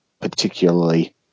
particularly